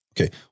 Okay